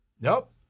Nope